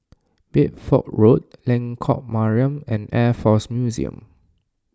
Bedford Road Lengkok Mariam and Air force Museum